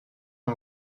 est